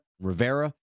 Rivera